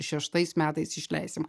šeštais metais išleisim